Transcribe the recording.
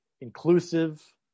inclusive